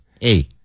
hey